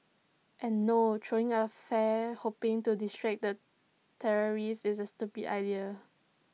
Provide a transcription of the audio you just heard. and no throwing A flare hoping to distract the terrorist is A stupid idea